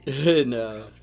No